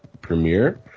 premiere